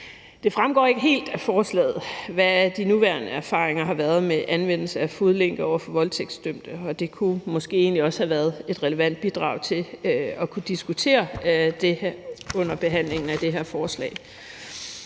Det fremgår ikke helt af forslaget, hvad de nuværende erfaringer med voldtægtsdømtes anvendelse af fodlænke har været, og det kunne måske også have været et relevant bidrag til at kunne diskutere det her under behandlingen af det her forslag.